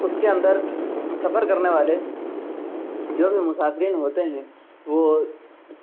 اس کے اندر سفر کرنے والے جو بھی مسافرین ہوتے ہیں وہ